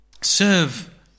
serve